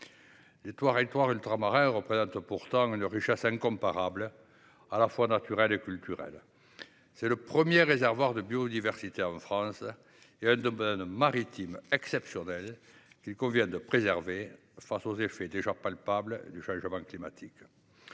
Les territoires ultramarins représentent pourtant une richesse incomparable, à la fois naturelle et culturelle. C’est le premier réservoir de biodiversité en France et un domaine maritime exceptionnel, qu’il convient de préserver face aux effets déjà palpables du changement climatique.